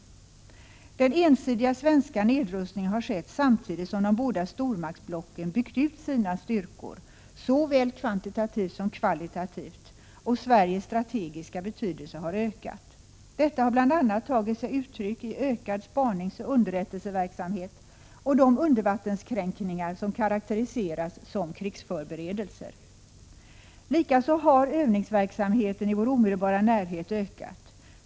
Den ensidiga svenska nedrustningen har skett samtidigt som de båda stormaktsblocken byggt ut sina styrkor såväl kvantitativt som kvalitativt och Sveriges strategiska betydelse ökat. Detta har bl.a. tagit sig uttryck i ökad spaningsoch underrättelseverksamhet och undervattenskränkningar som 105 karakteriseras som krigsförberedelser. Likaså har övningsverksamheten i vår omedelbara närhet ökat.